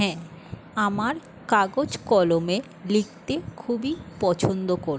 হ্যাঁ আমার কাগজ কলমে লিখতে খুবই পছন্দ করি